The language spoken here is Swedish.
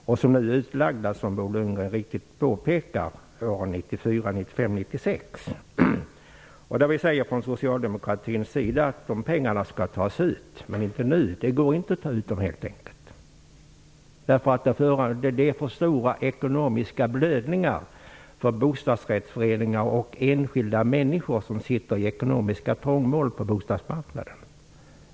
Som Bo Lundgren riktigt påpekade är de utlagda över åren 1994, 1995 och 1996. Vi socialdemokrater säger att pengarna skall tas ut, men inte nu. Det går helt enkelt inte att ta ut dem, därför att det blir för stora ekonomiska blödningar för bostadsrättsföreningar och för enskilda människor som befinner sig i ekonomiska trångmål på bostadsmarknaden.